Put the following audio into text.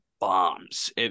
bombs